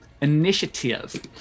initiative